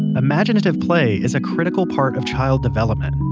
imaginative play is a critical part of child development.